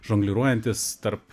žongliruojantys tarp